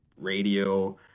radio